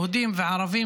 יהודים וערבים,